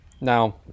Now